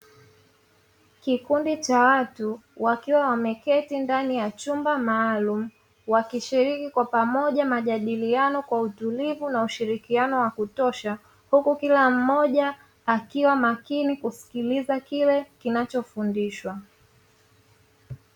Kikundi cha watu, wakiwa wameketi ndani ya chumba maalumu, wakishiriki kwa pamoja majadiliano kwa utulivu na ushirikiano wa kutosha. Huku kila mmoja akiwa makini kusikiliza kile kinachofundishwa.